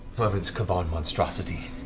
whoever this k'varn monstrosity,